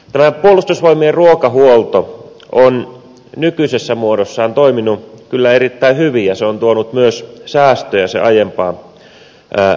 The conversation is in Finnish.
tämä puolustusvoimien ruokahuolto on nykyisessä muodossaan toiminut kyllä erittäin hyvin ja se on tuonut myös säästöjä aiempaan verrattuna